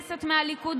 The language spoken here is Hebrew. האלה.